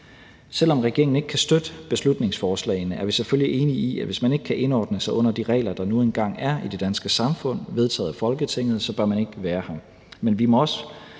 Selv om regeringen ikke kan støtte beslutningsforslagene, er vi selvfølgelig enige i, at hvis man ikke kan indordne sig under de regler, der nu engang er i det danske samfund, vedtaget af Folketinget, så bør man ikke være her.